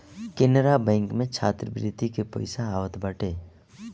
Canara bank में छात्रवृत्ति के पईसा आवत बाटे